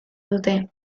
dute